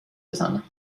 بزنم